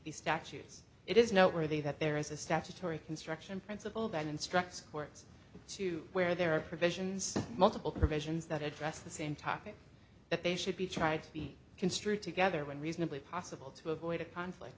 the statutes it is noteworthy that there is a statutory construction principle that instructs courts to where there are provisions multiple provisions that address the same topic that they should be tried to be construed together when reasonably possible to avoid a conflict